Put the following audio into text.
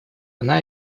она